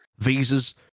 Visas